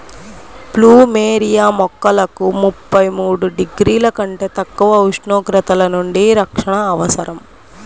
plumeria మొక్కలకు ముప్పై మూడు డిగ్రీల కంటే తక్కువ ఉష్ణోగ్రతల నుండి రక్షణ అవసరం